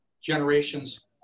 generations